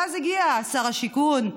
ואז הגיע שר השיכון,